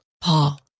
Paul